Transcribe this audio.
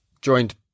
joined